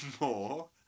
more